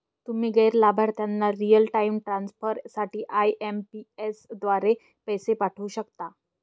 तुम्ही गैर लाभार्थ्यांना रिअल टाइम ट्रान्सफर साठी आई.एम.पी.एस द्वारे पैसे पाठवू शकता